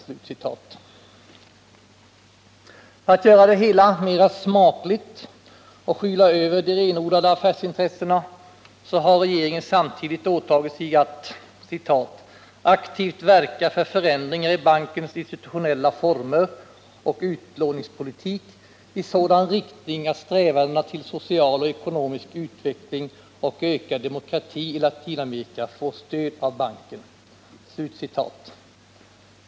För att göra det hela mer smakligt och skyla över de renodlade affärsintressena har regeringen samtidigt åtagit sig att ”aktivt verka för förändringar i bankens institutionella former och utlåningspolitik i sådan riktning att strävandena till social och ekonomisk utveckling och ökad demokrati i Latinamerika får stöd av banken”.